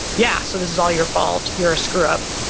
yeah, so this is all your fault, you're a screw up.